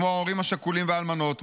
כמו להורים השכולים והאלמנות,